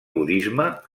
budisme